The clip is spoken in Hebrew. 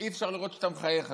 אי-אפשר לראות שאתה מחייך,